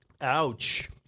Ouch